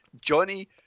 Johnny